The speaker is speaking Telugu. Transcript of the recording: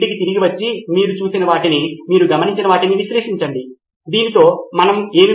నితిన్ కురియన్ విద్యార్థి సమాధానం చెప్పాల్సిన ప్రశ్నల జాబితాను కలిగి ఉండటంలో స్వీయ మూల్యాంకనం ఉంటుంది